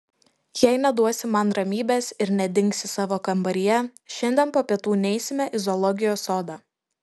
jei neduosi man ramybės ir nedingsi savo kambaryje šiandien po pietų neisime į zoologijos sodą